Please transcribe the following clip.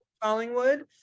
Collingwood